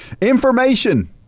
Information